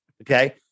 Okay